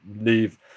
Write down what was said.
leave